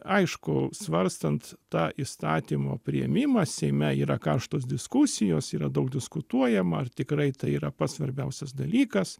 aišku svarstant tą įstatymo priėmimą seime yra karštos diskusijos yra daug diskutuojama ar tikrai tai yra pats svarbiausias dalykas